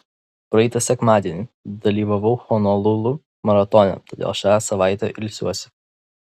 praeitą sekmadienį dalyvavau honolulu maratone todėl šią savaitę ilsiuosi